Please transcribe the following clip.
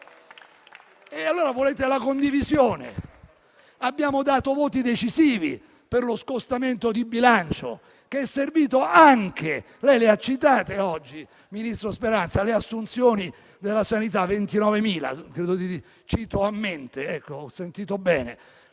Volete la condivisione? Abbiamo dato voti decisivi per lo scostamento di bilancio, che è servito anche - lei le ha citate oggi, ministro Speranza - per le assunzioni della sanità: 29.000 - cito a mente - se ho sentito bene.